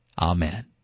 Amen